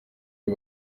uyu